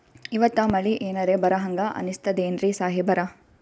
ಇವತ್ತ ಮಳಿ ಎನರೆ ಬರಹಂಗ ಅನಿಸ್ತದೆನ್ರಿ ಸಾಹೇಬರ?